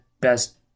best